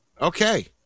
Okay